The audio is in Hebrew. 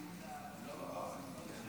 אדוני היושב-ראש, חבריי חברי הכנסת,